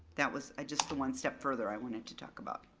that was ah just the one step further i wanted to talk about.